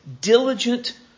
diligent